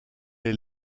est